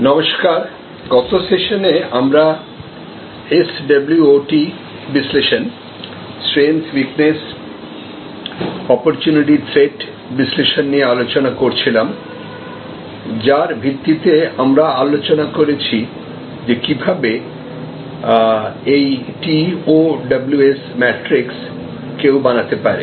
নমস্কার গত সেশনে আমরা এসডব্লিউটি বিশ্লেষণ স্ট্রেন্থ উইকনেস অপরচুনিটি থ্রেট্ বিশ্লেষণ নিয়ে আলোচনা করছিলাম যার ভিত্তিতে আমরা আলোচনা করেছি যে কীভাবে এই T O W S matrix কেউ বানাতে পারে